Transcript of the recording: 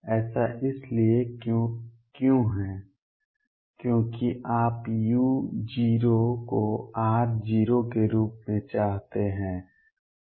ऐसा इसलिए क्यों है क्योंकि आप u → 0 को r → 0 के रूप में चाहते हैं